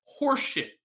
Horseshit